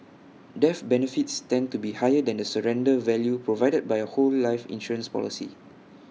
death benefits tend to be higher than the surrender value provided by A whole life insurance policy